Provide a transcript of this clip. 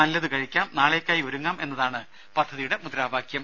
നല്ലതു കഴിക്കാം നാളേക്കായി ഒരുങ്ങാം എന്നതാണ് പദ്ധതിയുടെ മുദ്രാവാക്യം